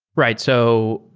right. so,